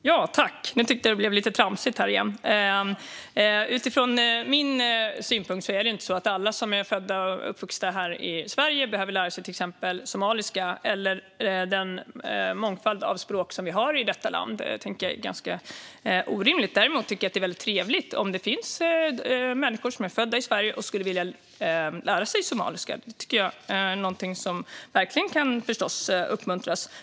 Herr ålderspresident! Nu tycker jag att det blev lite tramsigt igen. Utifrån min synpunkt är det inte så att alla som är födda och uppvuxna i Sverige behöver lära sig till exempel somaliska eller något annat av den mångfald av språk vi har i detta land. Det skulle vara ganska orimligt. Däremot tycker jag att det är väldigt trevligt om människor som är födda i Sverige vill lära sig somaliska; det är verkligen någonting som kan uppmuntras.